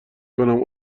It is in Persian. کنم